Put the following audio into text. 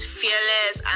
fearless